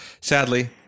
Sadly